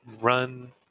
run